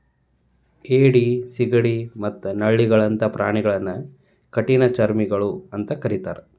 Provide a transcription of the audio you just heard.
ಏಡಿ, ಸಿಗಡಿ ಮತ್ತ ನಳ್ಳಿಗಳಂತ ಪ್ರಾಣಿಗಳನ್ನ ಕಠಿಣಚರ್ಮಿಗಳು ಅಂತ ಕರೇತಾರ